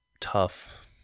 tough